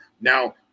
Now